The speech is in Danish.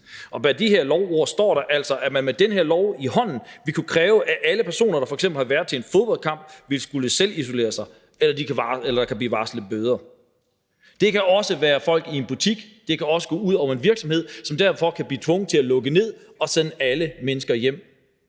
Bag de her ord i loven står der altså, at man med den her lov i hånden vil kunne kræve, at alle personer, der f.eks. har været til en fodboldkamp, vil skulle selvisolere sig eller kan blive varslet bøder. Det kan også være folk i en butik. Det kan også gå ud over en virksomhed, som derfor kan blive tvunget til at lukke ned og sende alle mennesker hjem